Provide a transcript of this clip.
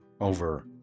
over